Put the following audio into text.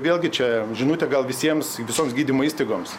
vėlgi čia žinutė gal visiems visoms gydymo įstaigoms